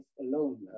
alone